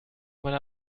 meine